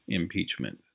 impeachment